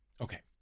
Okay